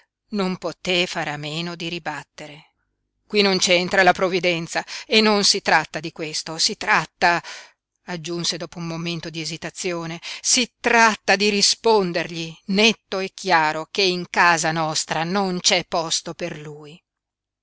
non poté fare a meno di ribattere qui non c'entra la provvidenza e non si tratta di questo si tratta aggiunse dopo un momento di esitazione si tratta di rispondergli netto e chiaro che in casa nostra non c'è posto per lui